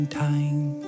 time